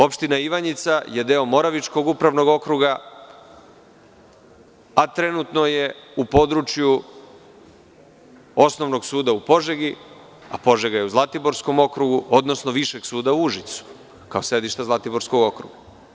Opština Ivanjica je deo Moravičkog upravnog okruga, a trenutno je u području Osnovnog suda u Požegi, a Požega je u Zlatiborskom okrugu, odnosno Višeg suda u Užicu, kao sedište Zlatiborskog okruga.